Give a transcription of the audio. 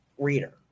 reader